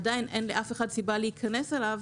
עדין לאף אחד אין סיבה להיכנס אליו